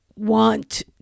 want